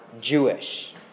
Jewish